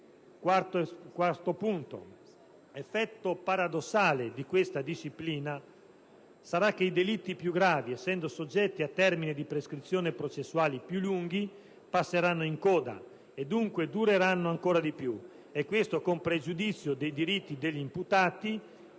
processuali. Effetto paradossale di questa disciplina sarà che i delitti più gravi, essendo soggetti a termini di prescrizione processuale più lunghi, passeranno in coda, e dunque dureranno ancora di più, e questo con pregiudizio dei diritti degli imputati,